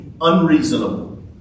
unreasonable